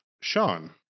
Sean